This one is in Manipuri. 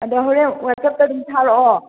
ꯑꯗꯣ ꯍꯣꯔꯦꯟ ꯋꯥꯠꯆꯞꯇ ꯑꯗꯨꯝ ꯊꯥꯔꯛꯑꯣ